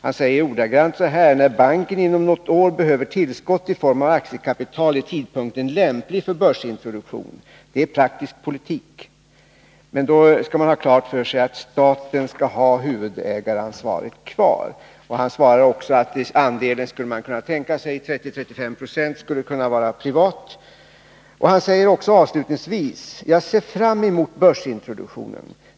Han säger ordagrant: ”När banken inom något år behöver tillskott i form av aktiekapital är tidpunkten lämplig för börsintroduktion. Det är praktisk politik. Men då ska man ha klart för sig att staten ska ha huvudägarskapet kvar.” När det gäller andelen säger han att man skulle kunna tänka sig att 30-35 20 vore privat. Han säger också: ”Och jag ser fram emot börsintroduktionen.